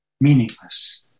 Meaningless